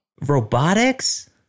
Robotics